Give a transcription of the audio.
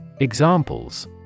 Examples